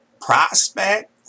prospect